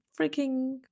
freaking